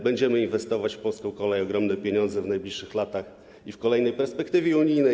Będziemy inwestować w polską kolej ogromne pieniądze w najbliższych latach i w kolejnej perspektywie unijnej.